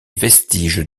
vestiges